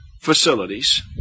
facilities